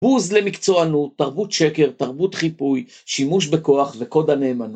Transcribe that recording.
בוז למקצוענות, תרבות שקר, תרבות חיפוי, שימוש בכוח וקוד הנאמנות.